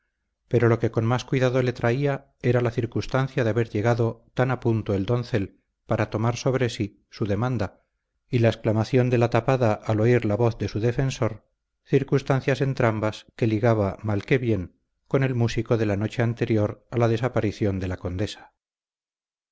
pero lo que con más cuidado le traía era la circunstancia de haber llegado tan a punto el doncel para tomar sobre sí su demanda y la exclamación de la tapada al oír la voz de su defensor circunstancias entrambas que ligaba mal que bien con el músico de la noche anterior a la desaparición de la condesa